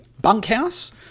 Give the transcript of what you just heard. bunkhouse